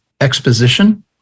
exposition